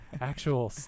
actual